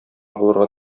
булырга